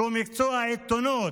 שהוא מקצוע העיתונות.